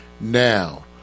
now